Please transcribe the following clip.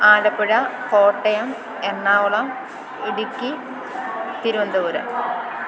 Alappuzha Kottayam Ernakulam Idukki Thiruvananthapuram